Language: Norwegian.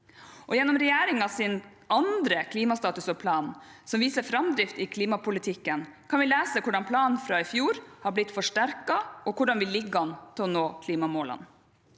Gjennom regjeringens andre klimastatus og -plan, som viser framdrift i klimapolitikken, kan vi lese hvordan planen fra i fjor har blitt forsterket, og hvordan vi ligger an til å nå klimamålene.